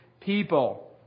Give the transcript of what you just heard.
people